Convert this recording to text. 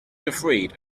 afraid